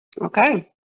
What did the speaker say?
Okay